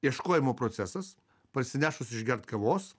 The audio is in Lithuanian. ieškojimo procesas parsinešus išgert kavos